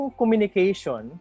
communication